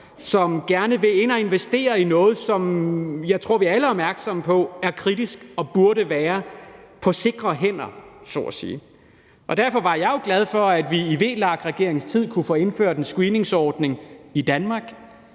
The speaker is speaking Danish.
som gerne vil ind og investere i noget, som jeg tror vi alle er opmærksomme på er kritisk og burde være på sikre hænder, så at sige. Derfor var jeg jo glad for, at vi i VLAK-regeringens tid kunne få indført en screeningsordning i Danmark.